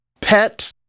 Pet